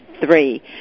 three